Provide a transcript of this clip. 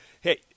Hey